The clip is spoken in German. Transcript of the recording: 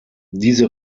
diese